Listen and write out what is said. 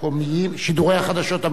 חברי הכנסת,